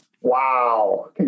Wow